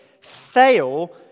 fail